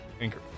Anchor